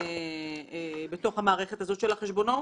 אני,